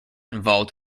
involved